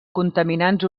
contaminants